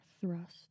thrust